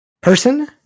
person